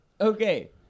okay